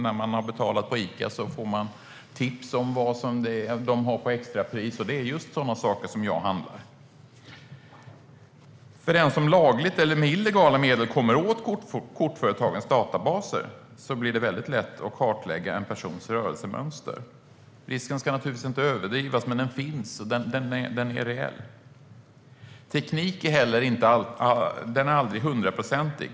När man handlar på Ica får man tips om att de har extrapris på just sådant som jag köper. För den som lagligt eller med illegala medel kommer åt kortföretagens databaser är det lätt att kartlägga en persons rörelsemönster. Risken ska inte överdrivas, men den är reell. Teknik är heller aldrig hundraprocentig.